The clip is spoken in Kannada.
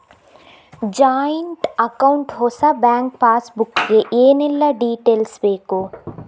ಜಾಯಿಂಟ್ ಅಕೌಂಟ್ ಹೊಸ ಬ್ಯಾಂಕ್ ಪಾಸ್ ಬುಕ್ ಗೆ ಏನೆಲ್ಲ ಡೀಟೇಲ್ಸ್ ಬೇಕು?